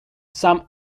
some